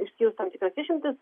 išskyrus tam tikras išimtis